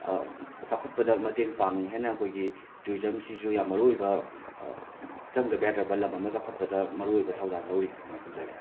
ꯆꯥꯎꯈꯠꯄꯗ ꯃꯇꯦꯡ ꯄꯥꯡꯉꯤ ꯍꯥꯏꯅ ꯑꯩꯈꯣꯏꯒꯤ ꯇꯨꯔꯤꯖꯝꯁꯤꯁꯨ ꯌꯥꯝ ꯃꯔꯨ ꯑꯣꯏꯕ ꯆꯪꯗꯕ ꯌꯥꯗ꯭ꯔꯕ ꯂꯝ ꯑꯃ ꯆꯥꯎꯈꯠꯄꯗ ꯃꯔꯨ ꯑꯣꯏꯕ ꯊꯧꯗꯥꯡ ꯂꯧꯔꯤ ꯍꯥꯏꯅ ꯊꯝꯖꯒꯦ